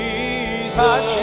Jesus